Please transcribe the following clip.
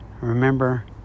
Remember